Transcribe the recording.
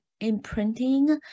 imprinting